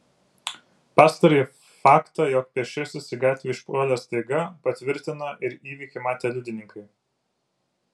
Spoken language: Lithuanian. pastarąjį faktą jog pėsčiasis į gatvę išpuolė staiga patvirtina ir įvykį matę liudininkai